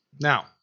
Now